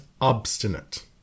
obstinate